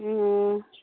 ꯎꯝ